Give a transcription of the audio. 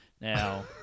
Now